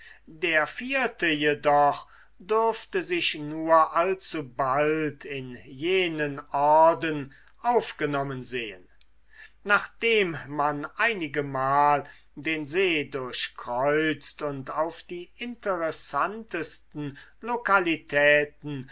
der vierte jedoch dürfte sich nur allzubald in jenen orden aufgenommen sehen nachdem man einigemal den see durchkreuzt und auf die interessantesten lokalitäten